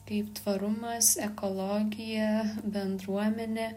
kaip tvarumas ekologija bendruomenė